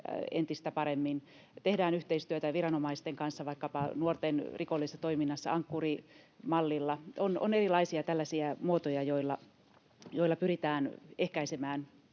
entistä paremmin, tehdään yhteistyötä viranomaisten kanssa vaikkapa nuorten rikollisten Ankkuri-mallilla. On erilaisia tällaisia muotoja, joilla pyritään ehkäisemään